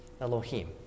Elohim